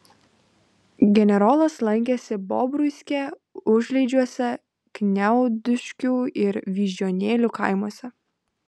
generolas lankėsi bobruiske užliedžiuose kniaudiškių ir vyžuonėlių kaimuose